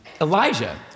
Elijah